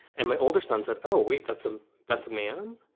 and my older son said, oh, wait, that's a that's a man.